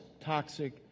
toxic